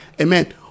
amen